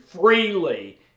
freely